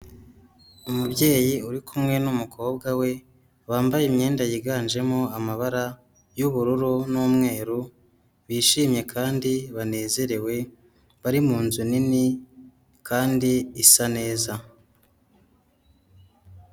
Umubyeyi uri kumwe n'umukobwa we bambaye imyenda yiganjemo amabara y'ubururu, n'umweru bishimye kandi banezerewe bari mu nzu nini kandi isa neza.